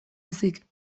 ezik